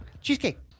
Cheesecake